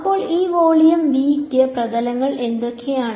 അപ്പോൾ ഈ volume V യ്ക്ക് പ്രതലങ്ങൾ എന്തൊക്കെയാണ്